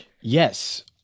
Yes